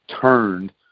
turned